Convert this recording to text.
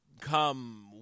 Come